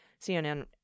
CNN